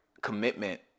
commitment